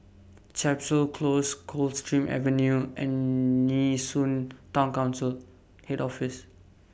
Chapel Close Coldstream Avenue and Nee Soon Town Council Head Office